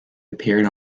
appeared